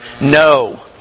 no